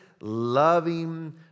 loving